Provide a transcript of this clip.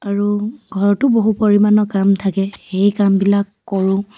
আৰু ঘৰতো বহু পৰিমাণৰ কাম থাকে সেই কামবিলাক কৰোঁ